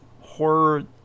horror